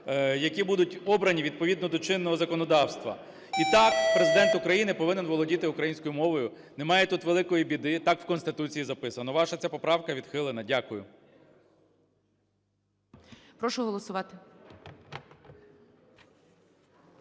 які будуть обрані відповідно до чинного законодавства. І, так, Президент України повинен володіти українською мовою, немає тут великої біди, так в Конституції записано. Ваша ця поправка відхилена. Дякую.